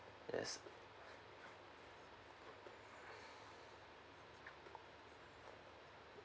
yes